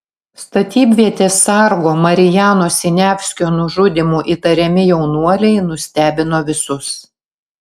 statybvietės sargo marijano siniavskio nužudymu įtariami jaunuoliai nustebino visus